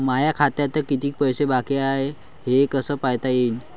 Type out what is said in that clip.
माया खात्यात कितीक पैसे बाकी हाय हे कस पायता येईन?